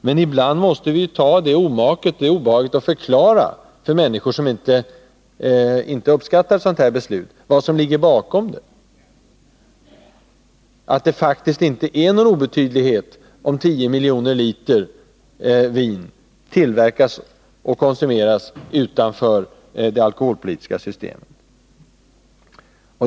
Men ibland måste vi ta obehaget att förklara för människor som inte uppskattar ett sådant här beslut vad som ligger bakom det — att det faktiskt inte är någon obetydlighet om 10 miljoner liter vin tillverkas och konsumeras utanför det alkoholpolitiska systemet.